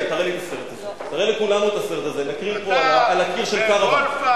החברה שלך פה, זהבה כיבוש,